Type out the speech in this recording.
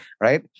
Right